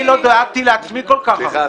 אני לא דאגתי לעצמי כל כך הרבה.